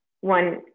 one